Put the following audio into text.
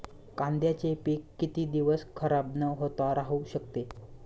कांद्याचे पीक किती दिवस खराब न होता राहू शकते?